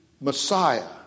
Messiah